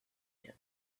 him